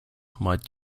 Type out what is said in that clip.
might